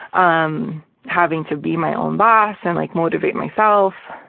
um having to be my own boss and like motivate myself,